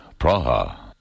Praha